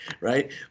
right